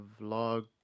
vlog